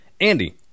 Andy